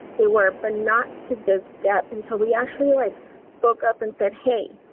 they were, but not to this depth until we actually like spoke up and said, hey,